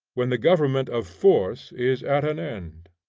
when the government of force is at an end.